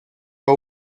pas